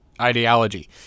ideology